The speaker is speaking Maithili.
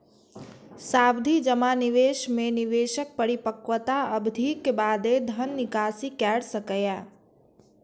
सावधि जमा निवेश मे निवेशक परिपक्वता अवधिक बादे धन निकासी कैर सकैए